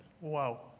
wow